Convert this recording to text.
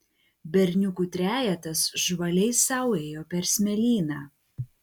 berniukų trejetas žvaliai sau ėjo per smėlyną